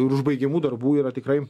ir užbaigiamų darbų yra tikrai